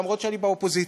למרות היותי מהאופוזיציה.